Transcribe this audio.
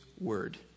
word